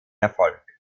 erfolg